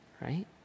right